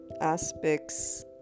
aspects